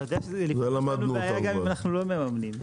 אתה יודע --- אנחנו לא מממנים.